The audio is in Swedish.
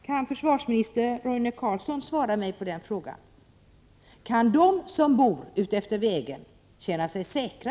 Kan försvarsminister Roine Carlsson svara mig på den frågan? Kan de som bor utefter vägen känna sig säkra?